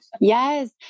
Yes